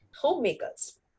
homemakers